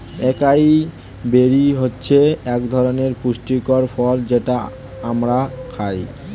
একাই বেরি হচ্ছে একধরনের পুষ্টিকর ফল যেটা আমরা খাই